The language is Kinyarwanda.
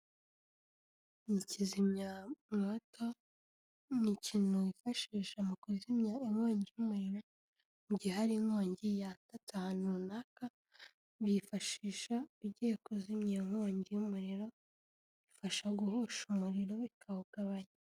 Ni kizimyamwoto, ni ikintu wifashisha mu kuzimya inkongi y'umuriro mu gihe hari inkongi yaka cyane ahantu runaka, bifashisha ugiye kuzimya iyo nkongi y'umuriro, ifasha guhosha umuriro ikawugabanya.